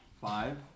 Five